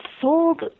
sold